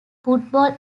football